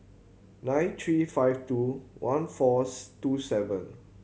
nine three five two one fourth two seven